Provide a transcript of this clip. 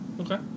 Okay